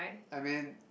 I mean